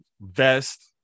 vest